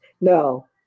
No